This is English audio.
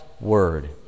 Word